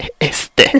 Este